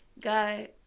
God